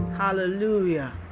Hallelujah